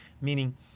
meaning